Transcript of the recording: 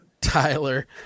Tyler